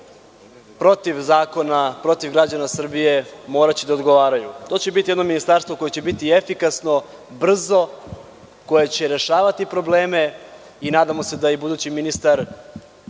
protiv zakona, protiv građana Srbije moraće da odgovaraju. To će biti jedno ministarstvo koje će biti efikasno, brzo, koje će rešavati probleme. Nadamo se da budući ministar